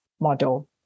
model